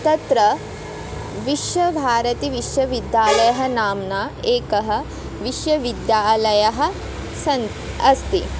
तत्र विश्वभारती विश्वविद्यालयः नाम्ना एकः विश्वविद्यालयः सन् अस्ति